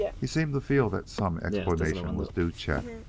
he seemed to feel that some explanation was due chet.